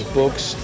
books